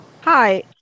Hi